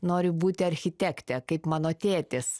noriu būti architekte kaip mano tėtis